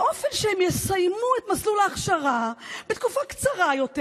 באופן שהם יסיימו את מסלול ההכשרה בתקופה קצרה יותר,